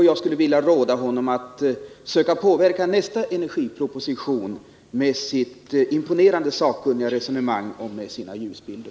Jag skulle vilja råda honom att söka påverka nästa energiproposition med sitt imponerande sakkunniga resonemang och med sina ljusbilder.